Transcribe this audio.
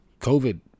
COVID